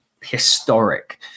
historic